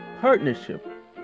Partnership